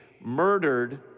murdered